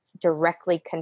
directly